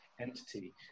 entity